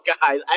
guys